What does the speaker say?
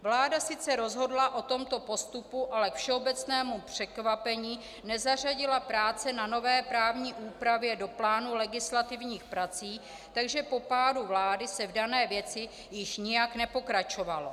Vláda sice rozhodla o tomto postupu, ale k všeobecnému překvapení nezařadila práce na nové právní úpravě do plánu legislativních prací, takže po pádu vlády se v dané věci již nijak nepokračovalo.